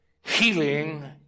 healing